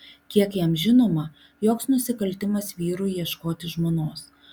kiek jam žinoma joks nusikaltimas vyrui ieškoti žmonos